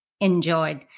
enjoyed